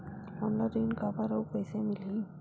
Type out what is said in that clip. हमला ऋण काबर अउ कइसे मिलही?